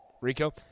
Rico